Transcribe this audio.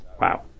wow